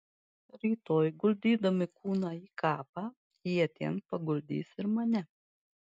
rytoj guldydami kūną į kapą jie ten paguldys ir mane